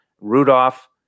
Rudolph